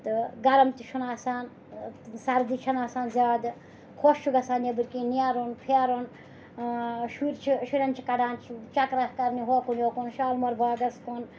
تہٕ گَرَم تہِ چُھنہٕ آسان سَردی چھَنہٕ آسان زیاد خۄش چھُ گَژھان نیٚبٕرۍ کِنۍ نیرُن پھیرُن شُرۍ چھِ شُرٮ۪ن چھِ کَڑان چَکرہ کَرنہِ ہوکُن یوکُن شالمور باغَس کُن